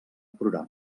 programa